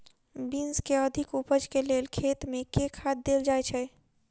Beans केँ अधिक उपज केँ लेल खेत मे केँ खाद देल जाए छैय?